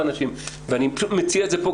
אני פשוט מציע את זה פה,